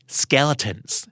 skeletons